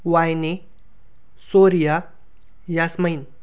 वायनी सोर्या यास्मईन